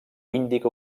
índic